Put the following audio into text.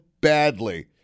badly